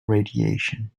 radiation